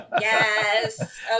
Yes